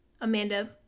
Amanda